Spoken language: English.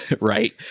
right